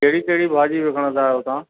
कहिड़ी कहिड़ी भाॼी विकिणंदा आहियो तव्हां